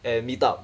and meet up